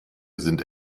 sind